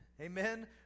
Amen